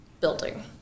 building